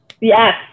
Yes